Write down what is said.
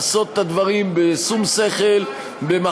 לעשות את הדברים בשום שכל, ומה יקרה בינתיים?